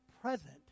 present